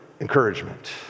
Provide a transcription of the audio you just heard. encouragement